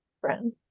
friends